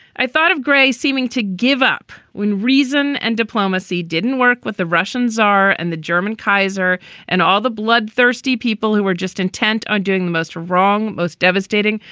i thought of grey seeming to give up when reason and diplomacy didn't work with the russian czar and the german kaiser and all the bloodthirsty people who were just intent on doing the most wrong, most devastating,